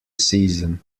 season